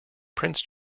prince